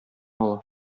ала